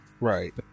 Right